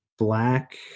black